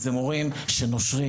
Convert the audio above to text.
אלה מורים שנושרים,